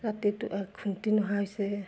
ৰাতিটো ঘুমটি নোহোৱা হৈছে